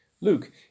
Luke